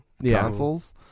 consoles